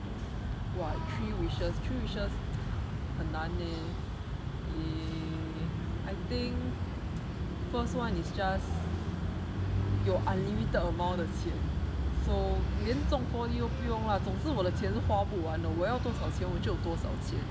!wah! three wishes three wishes 很难 leh eh I think first one is just 有 unlimited amount 的钱 so 连中 four D 都不用 lah 总之我的钱都花不完的我要多少钱我就有多少钱